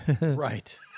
Right